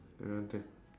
everyone take